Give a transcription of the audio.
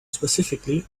specifically